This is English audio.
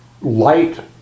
light